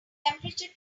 temperature